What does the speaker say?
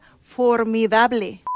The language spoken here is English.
formidable